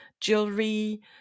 jewelry